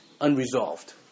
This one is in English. unresolved